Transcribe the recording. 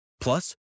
Plus